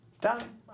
Done